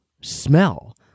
smell